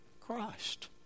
Christ